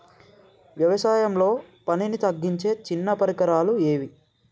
వ్యవసాయంలో పనిని తగ్గించే చిన్న పరికరాలు ఏవి?